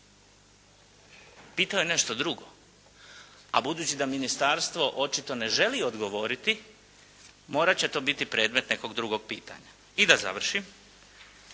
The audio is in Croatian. Pitao je nešto drugo. A budući da ministarstvo očito ne želi odgovoriti morat će to biti predmet nekog drugog pitanja. I da završim.